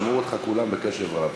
שמעו אותך כולם בקשב רב.